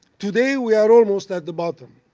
today, we are almost at the bottom.